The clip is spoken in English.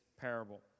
parable